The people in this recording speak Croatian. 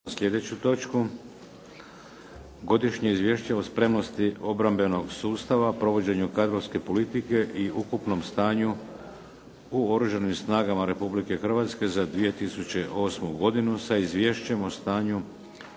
slijedeću točku. - Godišnje izvješće o spremnosti obrambenog sustava, provođenja kadrovske politike i ukupnom stanju u Oružanim snagama Republike Hrvatske za 2008. godinu, s Izvješćem o stanju